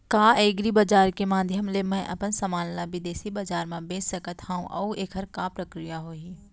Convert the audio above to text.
का एग्रीबजार के माधयम ले मैं अपन समान ला बिदेसी बजार मा बेच सकत हव अऊ एखर का प्रक्रिया होही?